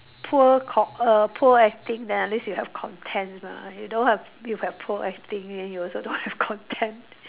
poor cock err poor acting then at least you have content mah you don't have you have poor acting then you also don't have content s~